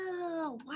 Wow